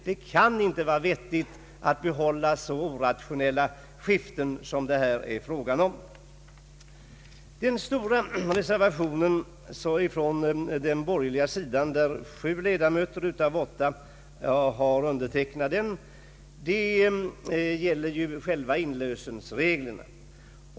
Det kan inte vara vettigt att behålla så orationella skiften som det är fråga om här. Den stora reservationen från den borgerliga sidan har undertecknats av sju ledamöter av åtta. Den gäller själva inlösenreglerna.